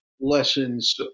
lessons